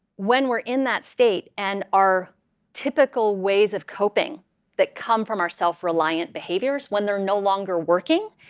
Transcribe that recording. when we're in that state and our typical ways of coping that come from our self-reliant behaviors when they're no longer working,